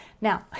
Now